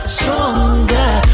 stronger